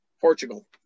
Portugal